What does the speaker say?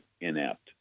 inept